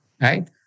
Right